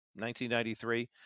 1993